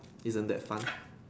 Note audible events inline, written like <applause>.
isn't that fun <noise>